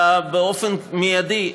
אלא באופן מיידי,